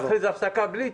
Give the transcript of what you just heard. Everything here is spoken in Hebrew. ונחזור.